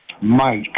Mike